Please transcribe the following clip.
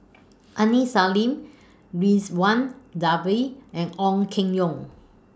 Aini Salim Ridzwan Dzafir and Ong Keng Yong